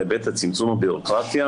בהיבט של צמצום הבירוקרטיה,